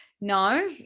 No